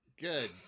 Good